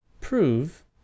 prove